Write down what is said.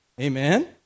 Amen